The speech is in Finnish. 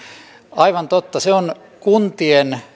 aivan totta se on kuntien